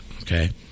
okay